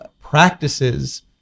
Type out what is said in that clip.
practices